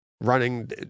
running